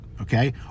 okay